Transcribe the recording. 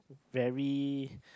very